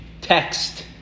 text